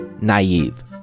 naive